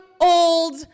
old